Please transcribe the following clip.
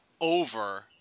over